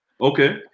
Okay